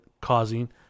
causing